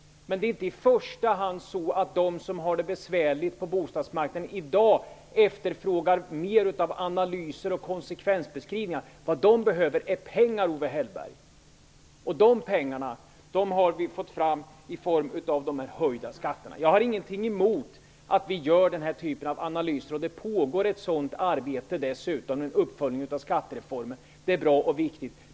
Men det är inte i första hand så att de som i dag har det besvärligt på bostadsmarknaden efterfrågar mera av analyser och konsekvensbeskrivningar. Vad dessa människor behöver är pengar, Owe Hellberg. De pengarna har vi fått fram genom de höjda skatterna. Jag har ingenting emot att vi gör den typen av analyser, och det pågår dessutom ett arbete med en uppföljning av skattereformen. Det är bra och viktigt.